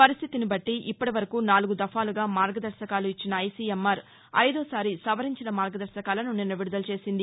పరిస్థితిని బట్లి ఇప్పటివరకూ నాలుగు దఫాలుగా మార్గదర్శకాలు ఇచ్చిన ఐసీఎంఆర్ ఐదోసారి సవరించిన మార్గదర్శకాలను నిన్న విడుదలచేసింది